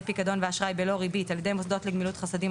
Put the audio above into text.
פיקדון ואשראי בלא ריבית על ידי מוסדות לגמילות חסדים,